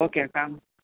okay కానీ